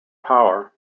power